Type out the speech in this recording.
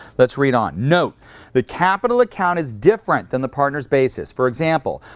let's read on. note the capital account is different than the partner's basis. for example,